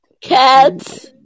Cats